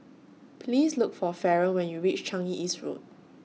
Please Look For Faron when YOU REACH Changi East Road